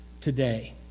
today